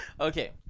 Okay